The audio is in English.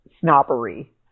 snobbery